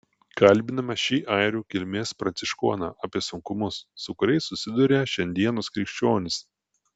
kalbiname šį airių kilmės pranciškoną apie sunkumus su kuriais susiduria šiandienos krikščionys